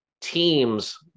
teams